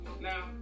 Now